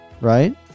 Right